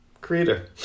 creator